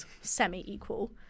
Semi-equal